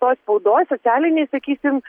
toj spaudoj socialinėj sakysim